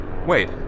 Wait